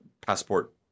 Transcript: passport